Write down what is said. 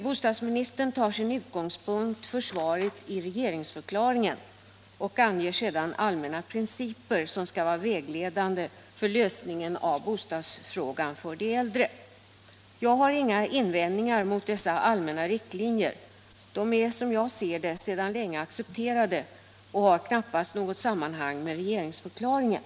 Bostadsministern tar sin utgångspunkt för svaret i regeringsförklaringen och anger sedan allmänna principer som skall vara vägledande för lösningen av bostadsfrågan för de äldre. Jag har inga invändningar mot dessa allmänna riktlinjer. De är, som jag ser det, sedan länge accepterade och har knappast något samband med regeringsförklaringen.